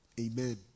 Amen